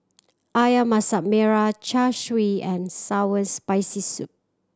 Ayam Masak Merah Char Siu and sour Spicy Soup